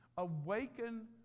Awaken